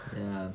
ya